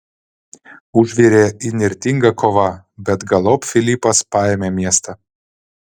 užvirė įnirtinga kova bet galop filipas paėmė miestą